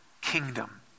kingdom